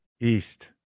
East